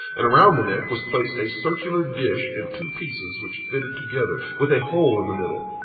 and around the neck was placed a circular dish in two pieces which fitted together, with a hole in the middle.